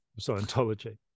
Scientology